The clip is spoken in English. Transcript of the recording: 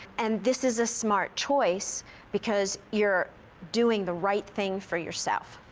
and this is a smart choice because you're doing the right thing for yourself.